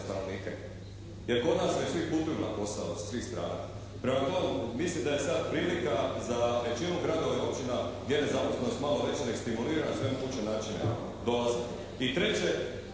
jer kod nas već svi putuju na posao sa svim strana. Prema tome, mislim da je sad prilika za većinu gradova i općina gdje je nezaposlenost malo veća neka stimuliraju na sve moguće načine dolazak. I treće,